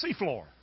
seafloor